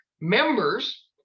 members